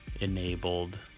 enabled